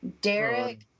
Derek